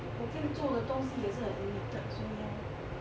我可以做的东西也是很 limited 所以 lor